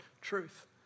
truth